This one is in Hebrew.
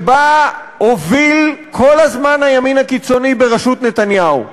שבה הוביל כל הזמן הימין הקיצוני בראשות נתניהו,